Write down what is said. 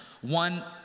One